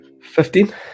Fifteen